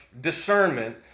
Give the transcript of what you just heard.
discernment